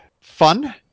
Fun